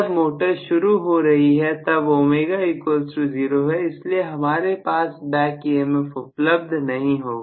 जब मोटर शुरू हो रही है तब ω 0 है इसलिए हमारे पास बैक ईएमएफ उपलब्ध नहीं होगा